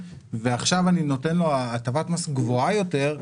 ועכשיו אני נותן לו הטבת מס גבוהה יותר,